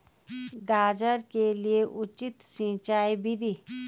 गाजर के लिए उचित सिंचाई विधि?